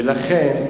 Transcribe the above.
ולכן,